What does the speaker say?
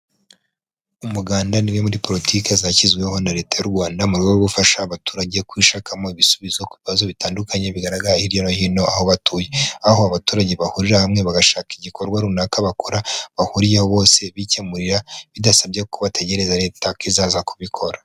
Umuganda ni umwe muri politiki zashyizweho na Leta y'u Rwanda mu rwe rwo gufasha abaturage kwishakamo ibisubizo ku bibazo bitandukanye bigaragara hirya no hino aho batuye, aho abaturage bahurira hamwe bagashaka igikorwa runaka bakora bahuriyeho bose bikemurira, bidasabye kuba bategereza leta ko izaza kubikora.